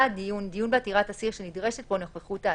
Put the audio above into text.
היה הדיון דיון בעתירת אסיר שנדרשת בו נוכחות האסיר,